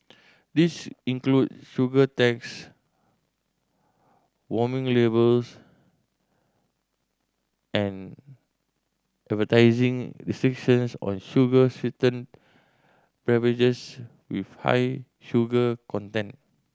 these include sugar tax warning labels and advertising restrictions on sugar sweetened beverages with high sugar content